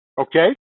okay